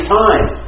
time